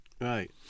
Right